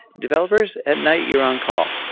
developers at night, you're on call.